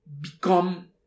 become